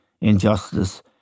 injustice